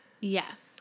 Yes